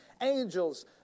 angels